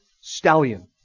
stallion